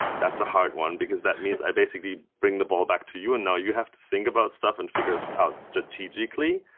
that's a hard one because that means i basically bring the ball back to you, and now, you have to think about stuff and figure it out, strategically.